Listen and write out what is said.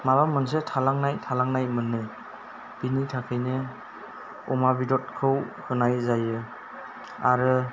माबा मोनसे थालांनाय थालांनाय मोनो बिनि थाखायनो अमा बेदरखौ होनाय जायो आरो